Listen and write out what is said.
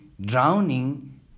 drowning